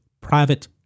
private